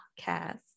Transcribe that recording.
podcast